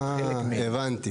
אה, הבנתי.